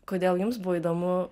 kodėl jums buvo įdomu